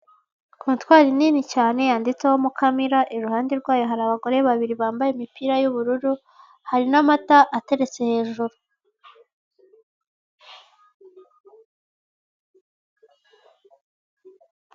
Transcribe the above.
Kontwari nini cyane, yanditseho Mukamira, i ruhande rwayo hari abagore bambaye imipira y'ubururu, hari n'amata ateretse hejuru.